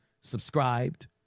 subscribed